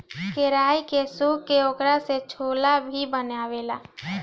केराई के सुखा के ओकरा से छोला भी बनेला